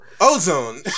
Ozone